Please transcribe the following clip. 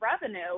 revenue